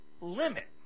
limit